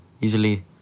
Usually